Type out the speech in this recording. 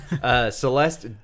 Celeste